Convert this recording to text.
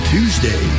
Tuesday